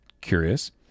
curious